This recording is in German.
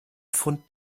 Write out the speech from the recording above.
pfund